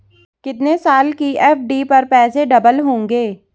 कितने साल की एफ.डी पर पैसे डबल होंगे?